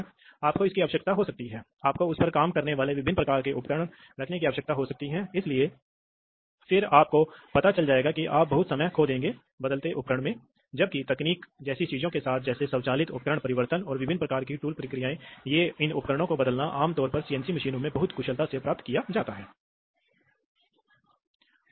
clamping बल निश्चित fixing clamping बल की मात्रा इसलिए आप देख सकते हैं कि ऑब्जेक्ट आयामों के आधार पर स्ट्रोक जिसके बाद आवश्यक क्लैम्पिंग बल प्राप्त होगा ऑब्जेक्ट के आयाम पर निर्भर करता है